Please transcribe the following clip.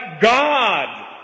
God